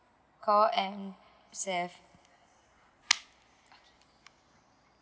call M_S_F